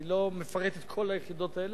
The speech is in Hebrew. אני לא מפרט את כל היחידות האלה,